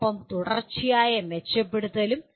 ഒപ്പം തുടർച്ചയായ മെച്ചപ്പെടുത്തലും